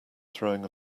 throwing